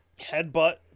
Headbutt